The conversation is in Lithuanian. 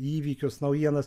įvykius naujienas